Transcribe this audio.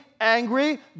angry